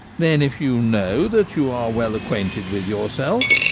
then, if you know that you are well acquainted with yourself,